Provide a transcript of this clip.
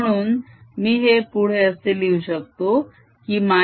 आणि म्हणून मी हे पुढे असे लिहू शकतो की B